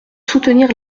soutenir